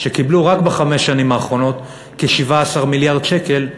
שקיבלו רק בחמש השנים האחרונות כ-17 מיליארד שקל,